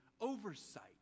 oversight